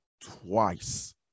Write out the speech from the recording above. twice